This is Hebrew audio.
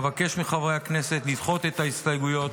אבקש מחברי הכנסת לדחות את ההסתייגויות,